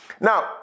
Now